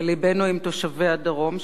ולבנו עם תושבי הדרום,